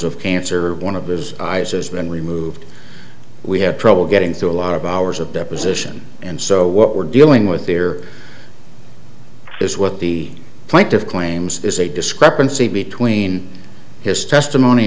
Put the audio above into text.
of cancer one of his eyes has been removed we have trouble getting through a lot of hours of deposition and so what we're dealing with here is what the point of claims is a discrepancy between his testimony